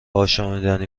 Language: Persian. آشامیدنی